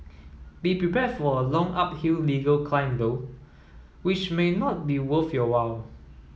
be prepared for a long uphill legal climb though which may not be worth your while